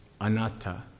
anatta